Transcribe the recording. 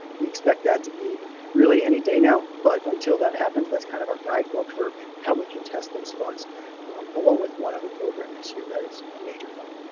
we expect that to be really any day now, but until that happens, that's kind of our guidebook for how we can test those funds along with one other program this year that is a major fund.